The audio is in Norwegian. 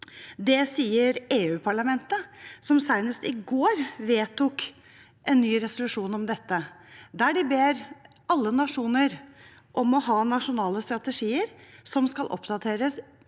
og EUparlamentet, som senest i går vedtok en ny resolusjon om dette. Der ber de alle nasjoner om å ha nasjonale strategier som skal oppdateres